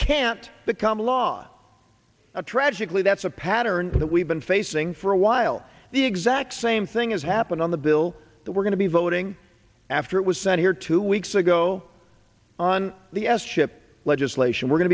can't the common law tragically that's a pattern that we've been facing for a while the exact same thing as happened on the bill that we're going to be voting after it was sent here two weeks ago on the s chip legislation we're going